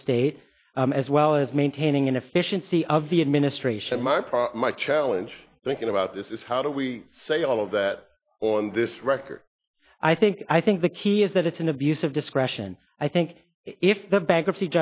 estate as well as maintaining inefficiency of the administration my problem my challenge thinking about this is how do we say all of that on this record i think i think the key is that it's an abuse of discretion i think if the bankruptcy